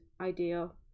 ideal